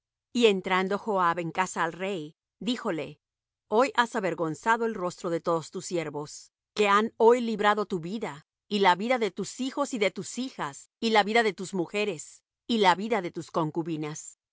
y entrando joab en casa al rey díjole hoy has avergonzado el rostro de todos tus siervos que han hoy librado tu vida y la vida de tus hijos y de tus hijas y la vida de tus mujeres y la vida de tus concubinas amando á